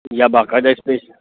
یا باقاعدہ اِس پہ